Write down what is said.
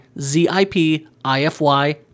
Z-I-P-I-F-Y